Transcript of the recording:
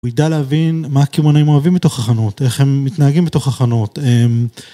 הוא ידע להבין מה קימעונאים אוהבים בתוך החנות, איך הם מתנהגים בתוך החנות.